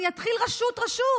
אני אתחיל רשות-רשות,